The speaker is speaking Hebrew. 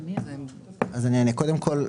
קודם כול,